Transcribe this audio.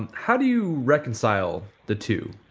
and how do you reconcile the two,